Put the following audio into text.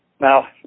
Now